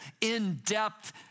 in-depth